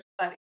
study